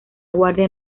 guardia